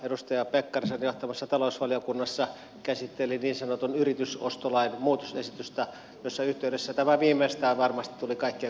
edustaja pekkarisen johtamassa talousvaliokunnassa käsiteltiin niin sanotun yritysostolain muutosesitystä missä yhteydessä tämä viimeistään varmasti tuli kaikkien kansanedustajien tietoisuuteen